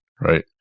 Right